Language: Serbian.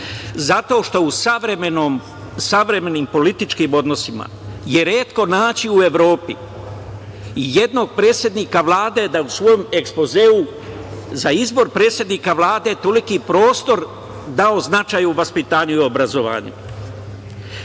Zato što u savremenim političkim odnosima je retko naći u Evropi ijednog predsednika Vlade da je u svom ekspozeu za izbor predsednika Vlade toliki prostor dao značaju vaspitanja i obrazovanja.